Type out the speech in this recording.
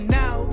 now